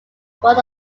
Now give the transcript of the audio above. board